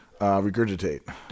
regurgitate